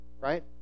right